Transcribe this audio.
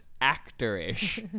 actor-ish